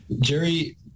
Jerry